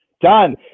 done